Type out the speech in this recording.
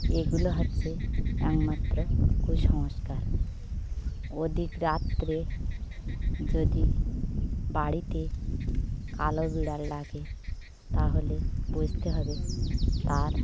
এগুলো হচ্ছে একমাত্র কুসংস্কার অধিক রাত্রে যদি বাড়িতে কালো বিড়াল লাগে তাহলে বুঝতে হবে তার